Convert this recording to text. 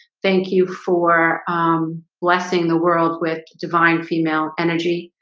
thank you for blessing the world with divine female energy.